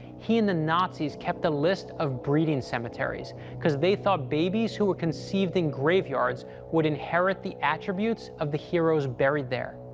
he and the nazis kept a list of breeding cemeteries cause they thought babies who were conceived in graveyards would inherit the attributes of the heroes buried there.